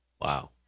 Wow